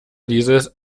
dieses